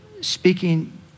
speaking